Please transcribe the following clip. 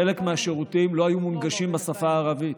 חלק מהשירותים לא היו מונגשים בשפה הערבית.